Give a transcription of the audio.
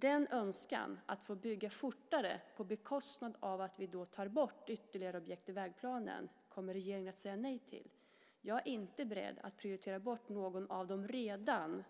Denna önskan att få bygga fortare på bekostnad av att vi då tar bort ytterligare objekt i vägplanen kommer regeringen att säga nej till. Jag är inte beredd att prioritera bort något av de redan